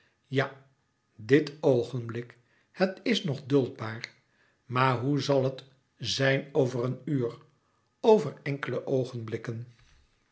ja dit oogenblik het is nog duldbaar maar hoe zal het zijn over een uur over enkele